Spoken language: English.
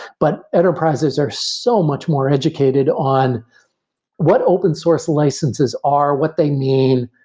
but enterprises are so much more educated on what open source licenses are, what they mean,